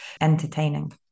entertaining